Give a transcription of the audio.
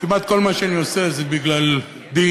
כמעט כל מה שאני עושה זה בגלל דין